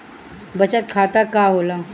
बचत खाता का होला?